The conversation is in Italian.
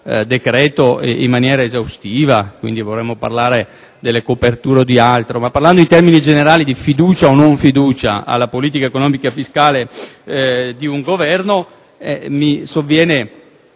discussione generale sul decreto, vorremmo parlare delle coperture o di altro, ma parlando in termini generali di fiducia o di non fiducia alla politica economica e fiscale di un Governo mi sovviene